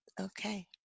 okay